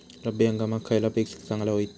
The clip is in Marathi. रब्बी हंगामाक खयला पीक चांगला होईत?